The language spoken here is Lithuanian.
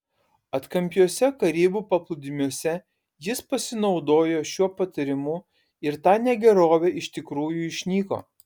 atkampiuose karibų paplūdimiuose jis pasinaudojo šiuo patarimu ir ta negerovė iš tikrųjų išnyko